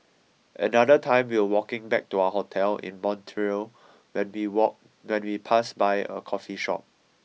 another time we were walking back to our hotel in Montreal when we walk when we passed by a coffee shop